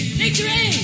victory